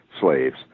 slaves